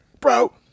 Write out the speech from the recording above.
bro